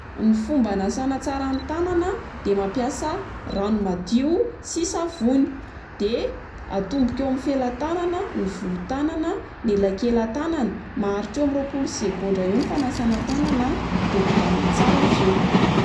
Ny fomba anasana tsara ny tanana a de mampiasa rano madio sy savony, de atomboka eo amin'ny felan-tanana, ny voho-tanana, ny elakelan-tanana. Maharitra eo amin'ny roapolo segondra eo ny fanasana tananao de kobanina tsara avy eo.